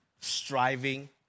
striving